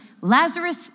Lazarus